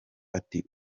ati